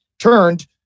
turned